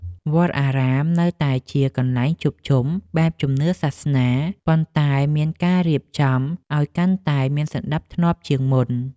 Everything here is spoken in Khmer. វត្តអារាមនៅតែជាកន្លែងជួបជុំបែបជំនឿសាសនា ប៉ុន្តែមានការរៀបចំឱ្យកាន់តែមានសណ្ដាប់ធ្នាប់ជាងមុន។